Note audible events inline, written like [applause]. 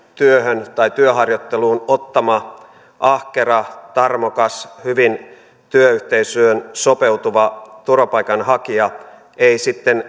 työhön tai työharjoitteluun ottamansa ahkera tarmokas hyvin työyhteisöön sopeutuva turvapaikanhakija ei sitten [unintelligible]